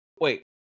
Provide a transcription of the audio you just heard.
wait